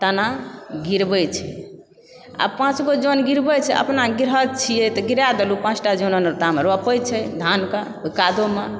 तेना गिरबै छै आ पाँच गो जन गिरबैत छै अपना ग्रिहथ छियै तऽ गिरा देलहुँ पाँचटा जन ओने तामे रोपय छै धानके ओहि कादोमे